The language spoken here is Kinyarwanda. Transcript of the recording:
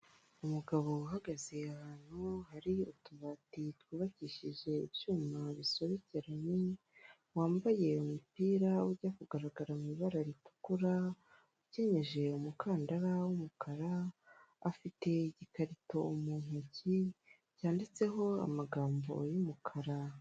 Umugabo uhagaze ahantu hari utubati twubakishije ibyuma bisobekera, wambaye umupira ujya kugaragara mu ibara ritukura, ukenyeje umukandara w'umukara, afite igikarito mu ntoki cyanditseho amagambo y'umukara.